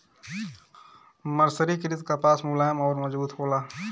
मर्सरीकृत कपास मुलायम अउर मजबूत होला